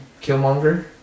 killmonger